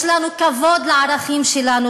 יש לנו כבוד לערכים שלנו,